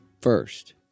first